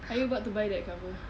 are you about to buy that cover